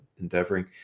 endeavoring